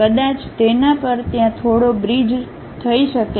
કદાચ તેના પર ત્યાં થોડો બ્રિજ થઈ શકે છે